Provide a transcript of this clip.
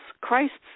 Christ's